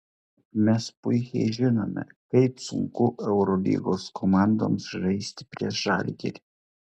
mes puikiai žinome kaip sunku eurolygos komandoms žaisti prieš žalgirį